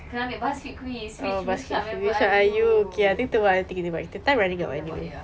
kena ambil buzzfeed quiz which winx club member are you nanti kita buat ya